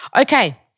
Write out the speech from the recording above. Okay